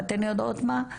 ואתן יודעות מה?